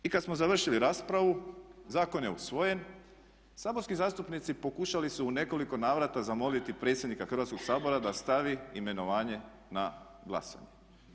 I kad smo završili raspravu zakon je usvojen, saborski zastupnici pokušali su u nekoliko navrata zamoliti predsjednika Hrvatskog sabora da stavi imenovanje na glasanje.